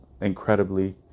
incredibly